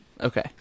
Okay